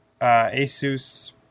Asus